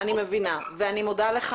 אני מבינה ואני מודה לך